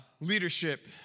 leadership